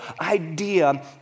idea